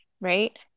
right